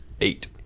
Eight